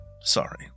Sorry